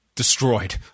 destroyed